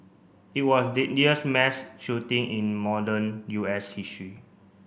it was deadliest mass shooting in modern U S history